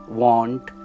want